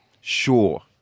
Sure